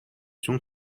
چون